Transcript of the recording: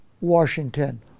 Washington